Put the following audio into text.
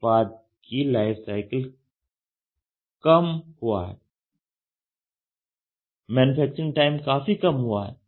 उत्पाद का life cycle कम हुआ है मैन्यूफैक्चरिंग टाइम काफी कम हुआ है